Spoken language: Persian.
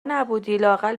نبودی٬لااقل